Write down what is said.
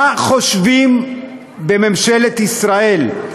מה חושבים בממשלת ישראל?